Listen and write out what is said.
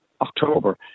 October